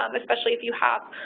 um especially if you have